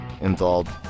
involved